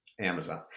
Amazon